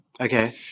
Okay